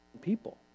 people